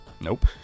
Nope